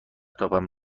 تاپم